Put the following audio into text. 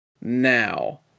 now